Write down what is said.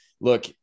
Look